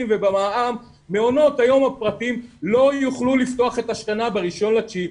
ובמע"מ מעונות היום הפרטיים לא יוכלו לפתוח את השנה ב-1.9.